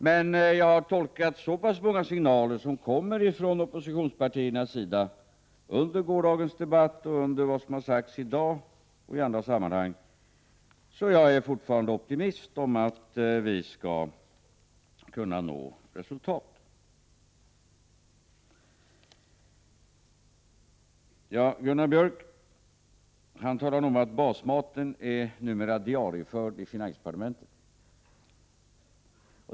Men jag har tolkat så pass många signaler från oppositionspartierna under gårdagens debatt, liksom i dag och i andra sammanhang, att jag fortfarande är optimist och tror att vi skall kunna nå resultat. Gunnar Björk talade om att det som gäller basmaten numera är diariefört i finansdepartementet.